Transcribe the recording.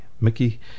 Mickey